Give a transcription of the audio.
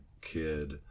kid